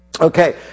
Okay